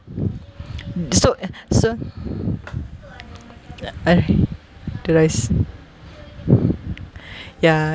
so so uh the rice ya